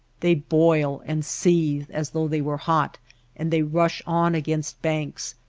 they boil and seethe as though they were hot and they rush on against banks,